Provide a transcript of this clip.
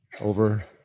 over